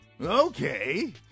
Okay